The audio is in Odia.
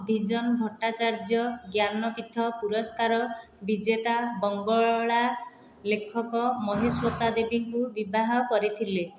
ବିଜନ ଭଟ୍ଟାଚାର୍ଯ୍ୟ ଜ୍ଞାନପିଠ ପୁରସ୍କାର ବିଜେତା ବଙ୍ଗଳା ଲେଖକ ମହାଶ୍ୱେତା ଦେବୀଙ୍କୁ ବିବାହ କରିଥିଲେ